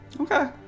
Okay